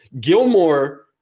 Gilmore